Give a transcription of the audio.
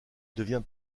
devient